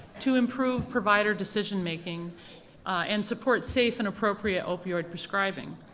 to improve provider decision making and support safe and appropriate opioid prescribing.